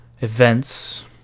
events